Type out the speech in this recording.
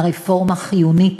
הרפורמה חיונית